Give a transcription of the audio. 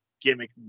gimmick